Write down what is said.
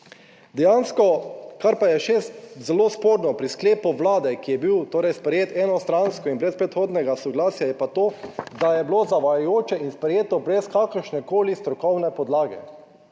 Dejansko, kar pa je še zelo sporno pri sklepu vlade, ki je bil torej sprejet enostransko in brez predhodnega soglasja je pa to, da je bilo zavajajoče in sprejeto brez kakršnekoli strokovne podlage,